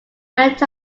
went